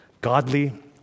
Godly